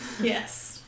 yes